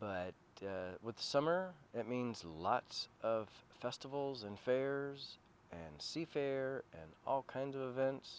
but with summer it means lots of festivals and fair and see fair and all kind of